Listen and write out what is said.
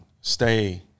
stay